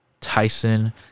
tyson